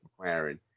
McLaren